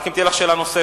רק אם תהיה לך שאלה נוספת.